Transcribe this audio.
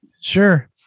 Sure